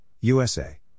USA